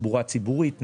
תחבורה ציבורית,